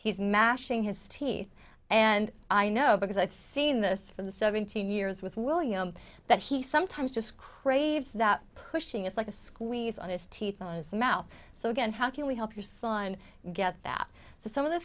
he's mashing his teeth and i know because i've seen this for the seventeen years with william that he sometimes just craves that pushing is like a squeeze on his teeth on his mouth so again how can we help your son get that some of the